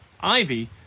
Ivy